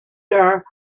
there